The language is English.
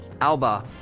Alba